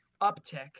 uptick